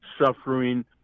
suffering